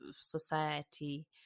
society